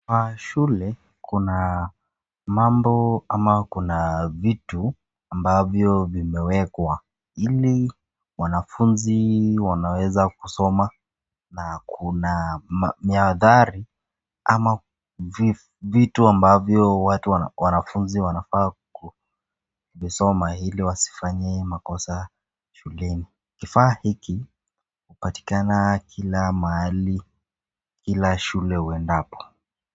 Kwa shule kuna mambo, ama kuna vitu ambavyo vimewekwa ili wanafunzi wanaweza kusoma, na kuna miadhari ama vitu ambavyo watu wanafunzi wanafaa kusoma ili wasifanye makosa shuleni. Kifaa hiki kinapatikana kila mahali kila shule uendapo.